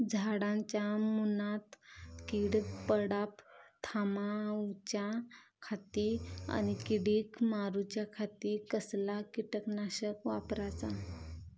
झाडांच्या मूनात कीड पडाप थामाउच्या खाती आणि किडीक मारूच्याखाती कसला किटकनाशक वापराचा?